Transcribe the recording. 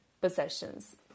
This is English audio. possessions